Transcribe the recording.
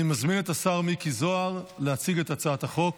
אני מזמין את השר מיקי זוהר להציג את הצעת החוק.